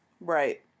Right